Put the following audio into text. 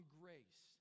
grace